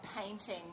painting